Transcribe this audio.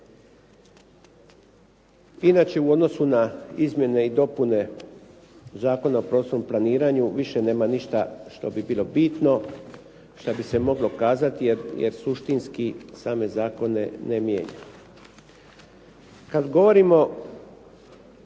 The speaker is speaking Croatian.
Inače, u odnosu na izmjene i dopune zakona o prostornom planiranju više nema ništa što bi bilo bitno što bi se moglo kazati jer suštinski same zakone ne mijenja. Kad govorimo